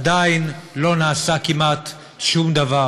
עדיין לא נעשה כמעט שום דבר.